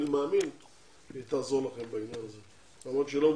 אני מאמין שהיא תעזור לכם בעניין הזה למרות שהיא לא מחויבת.